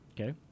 Okay